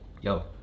yo